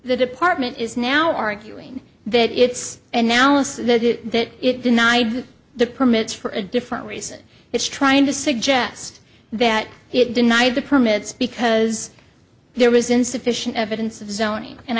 the department is now arguing that it's and now also that it denied the permits for a different reason it's trying to suggest that it denied the permits because there was insufficient evidence